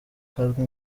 kazwi